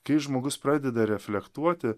kai žmogus pradeda reflektuoti